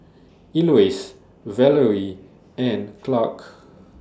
Elois Valery and Clark